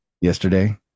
Yesterday